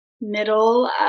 middle